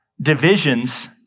divisions